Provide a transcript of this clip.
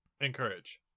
encourage